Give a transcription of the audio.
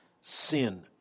sin